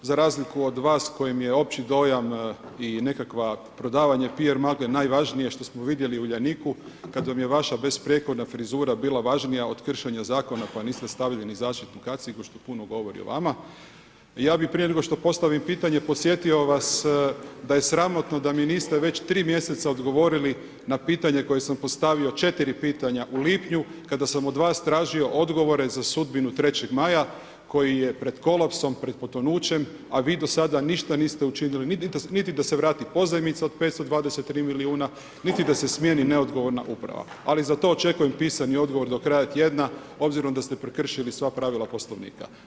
Za razliku od vas kojem je opći dojam i nekakva prodavanja PR magle najvažnije što smo vidjeli u Uljaniku, kada vam je vaša besprijekorna frizura bila važnija od kršenja zakona pa niste stavili ni zaštitnu kacigu što puno govori o vama, ja bi prije nego što postavim pitanje, podsjetio vas da je sramotno da mi niste već 3 mj. odgovorili na pitanje koje sam postavio, 4 pitanja u lipnju, kada sam od vas tražio odgovore za sudbinu Trećeg maja koji je pred kolapsom, pred potonućem a vi do sada ništa niste učinili, niti da se vrati pozajmica od 523 milijuna niti da se smijeni neodgovorna uprava ali za to očekujem pisani odgovor do kraja tjedna obzirom da ste prekršili sva pravila Poslovnika.